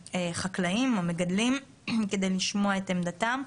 והחקלאים, המגדלים, כדי לשמוע את עמדתם.